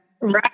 Right